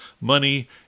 money